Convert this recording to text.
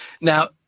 Now